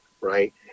right